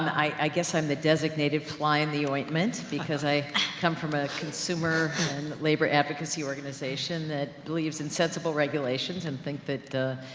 i guess i'm the designated fly in the ointment, because i come from a consumer and labor advocacy organization that believes in sensible regulations, and think that